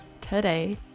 today